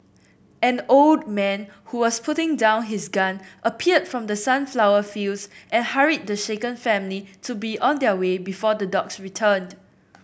an old man who was putting down his gun appeared from the sunflower fields and hurried the shaken family to be on their way before the dogs returned